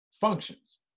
functions